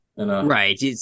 Right